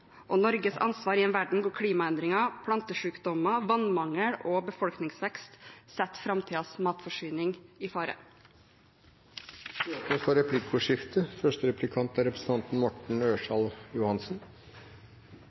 og Norges ansvar i en verden hvor klimaendringer, plantesykdommer, vannmangel og befolkningsvekst setter framtidens matforsyning i fare? Det blir replikkordskifte. Det var en liten ting jeg hengte meg opp i, og det var at representanten